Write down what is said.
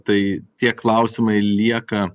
tai tie klausimai lieka